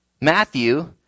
Matthew